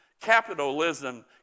capitalism